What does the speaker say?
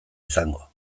izango